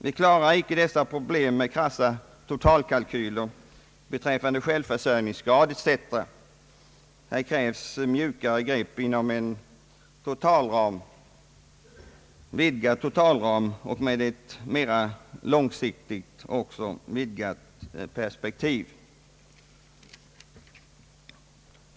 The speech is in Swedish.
Vi klarar inte dessa problem med krassa totalkalkyler beträffande självförsörjningsgrad etc. Här krävs mjukare grepp inom en vidgad totalram samt ett mera långsiktigt och vidgat perspektiv.